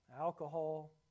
alcohol